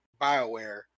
BioWare